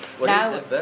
now